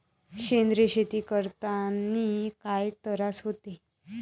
सेंद्रिय शेती करतांनी काय तरास होते?